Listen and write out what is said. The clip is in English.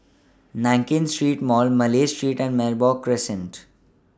Nankin Street Mall Malay Street and Merbok Crescent